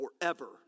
forever